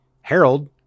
Harold